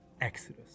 Exodus